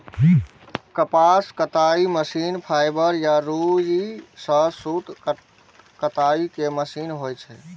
कपास कताइ machine fibre या रुइ सं सूत कताइ के मशीन होइ छै